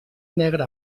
negre